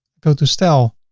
go to style,